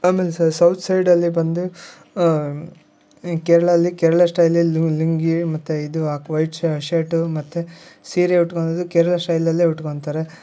ಆಮೇಲೆ ಸೌತ್ ಸೈಡಲ್ಲಿ ಬಂದು ಈ ಕೇರಳಲ್ಲಿ ಕೇರಳ ಶ್ಟೈಲಲ್ಲಿ ಲುಂಗಿ ಮತ್ತು ಇದು ಹಾಕ್ ವೈಟ್ ಶರ್ಟು ಮತ್ತು ಸೀರೆ ಉಟ್ಕೊಳೋದು ಕೇರಳ ಶ್ಟೈಲಲ್ಲೇ ಉಟ್ಕೊತಾರೆ